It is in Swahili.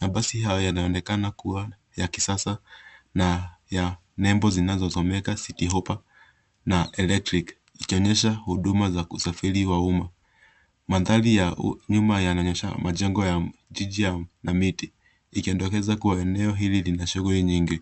Mabasi hayo yanaonekana kuwa ya kisasa na ya nembo zinazosomeka city hopper na electric ikionyesha huduma za usafiri wa uma. Mandhari ya nyuma yanaonyesha majengo ya jiji ya miti ikitondokeza kuwa eneo hili linashughuli nyingi.